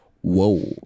Whoa